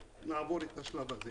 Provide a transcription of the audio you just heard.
כשנעבור את השלב הזה.